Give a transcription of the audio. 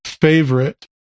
favorite